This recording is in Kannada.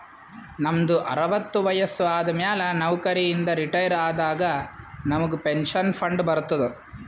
ನಮ್ದು ಅರವತ್ತು ವಯಸ್ಸು ಆದಮ್ಯಾಲ ನೌಕರಿ ಇಂದ ರಿಟೈರ್ ಆದಾಗ ನಮುಗ್ ಪೆನ್ಷನ್ ಫಂಡ್ ಬರ್ತುದ್